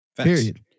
Period